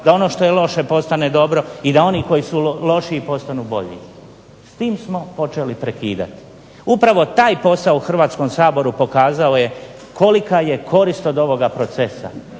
da ono što je loše postane dobro i da oni koji su loši postanu bolju, s tim smo počeli prekidati. Upravo taj posao u Hrvatskom saboru pokazao je kolika je korist od ovoga procesa,